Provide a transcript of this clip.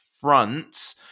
front